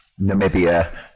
Namibia